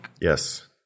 yes